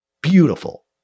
beautiful